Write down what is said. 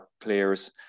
players